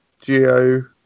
Geo